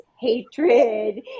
hatred